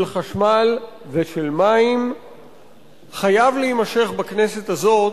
חשמל ושל מים חייב להימשך בכנסת הזאת,